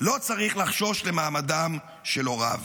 לא צריך לחשוש למעמדם של הוריו.